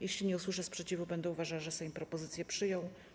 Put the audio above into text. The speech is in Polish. Jeśli nie usłyszę sprzeciwu, będę uważała, że Sejm propozycję przyjął.